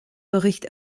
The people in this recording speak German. bericht